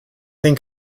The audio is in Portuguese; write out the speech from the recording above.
sem